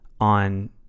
on